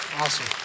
awesome